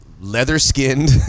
leather-skinned